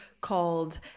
called